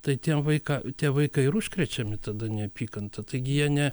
tai tiem vaika tie vaikai ir užkrečiami tada neapykanta taigi jie ne